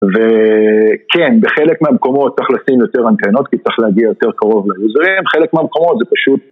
וכן, בחלק מהמקומות צריך לשים יותר אנטנות כי צריך להגיע יותר קרוב ליוזרים, חלק מהמקומות זה פשוט...